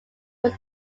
were